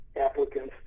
applicants